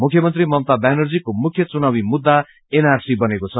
मुख्यमंत्री ममता व्यानर्जीको मुख्य चुनावी मुद्दा एनआरसी बनेको छ